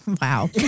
wow